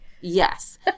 yes